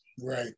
Right